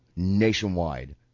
nationwide